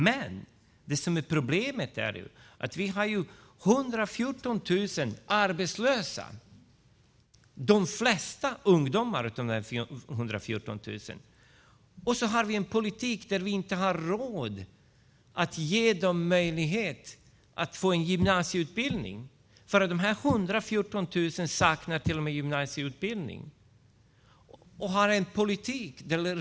Men det som är problemet är att vi har 114 000 arbetslösa, de flesta av dessa ungdomar. Så har vi en politik där vi inte har råd att ge dessa en möjlighet att få en gymnasieutbildning. De här 114 000 saknar till och med gymnasieutbildning.